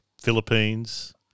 Philippines